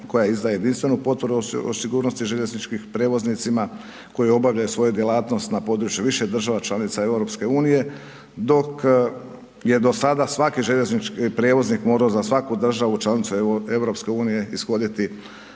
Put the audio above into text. koja izdaje jedinstvenu potvrdu o sigurnosti željezničkim prijevoznicima koji obavljaju svoju djelatnost na području više država članica EU-a dok je do sada svaki željeznički prijevoznik morao za svaku državu članicu EU-a ishoditi